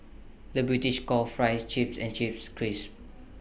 the British calls Fries Chips and Chips Crisps